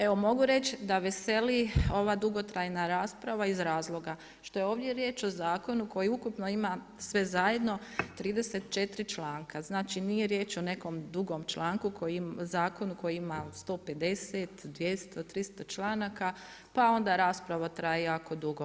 Evo mogu reći da veseli ova dugotrajna rasprava iz razloga što je ovdje riječ o zakonu koji ukupno ima sve zajedno 34 članka, znači nije riječ o nekom dugom članku koji ima 150, 200, 300 članaka pa onda rasprava traje jako dugo.